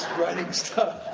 writing stuff.